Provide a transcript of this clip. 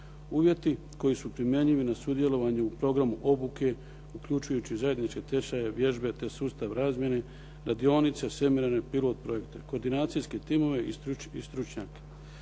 Uvjeti koji su primjenjivi na sudjelovanju u programu obuke, uključujući zajedničke tečajeve, vježbe te sustav razmjene, radionice, … /Govornik se ne razumije./ … pilot projekte, koordinacijske timove i stručnjake.